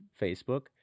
Facebook